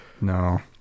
No